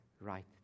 right